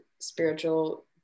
spiritual